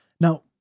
Now